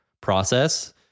process